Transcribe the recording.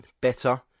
better